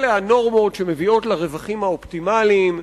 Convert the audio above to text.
אלה הנורמות שמביאות לרווחים האופטימליים,